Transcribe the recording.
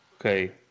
Okay